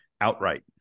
outright